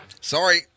Sorry